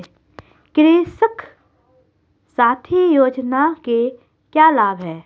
कृषक साथी योजना के क्या लाभ हैं?